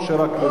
או שרק,